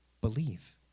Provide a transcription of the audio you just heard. believe